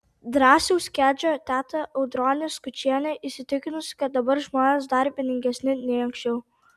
drąsiaus kedžio teta audronė skučienė įsitikinusi kad dabar žmonės dar vieningesni nei anksčiau